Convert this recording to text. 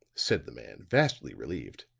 said the man, vastly relieved.